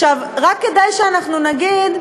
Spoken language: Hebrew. עכשיו, רק כדי שאנחנו נגיד,